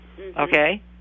Okay